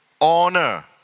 honor